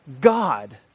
God